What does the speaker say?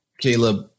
Caleb